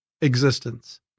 existence